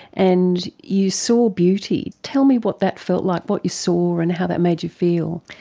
and you saw beauty. tell me what that felt like, what you saw and how that made you feel?